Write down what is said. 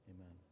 Amen